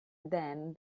them